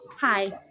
Hi